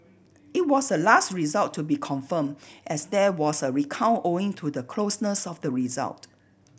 it was the last result to be confirmed as there was a recount owing to the closeness of the result